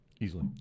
Easily